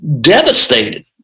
devastated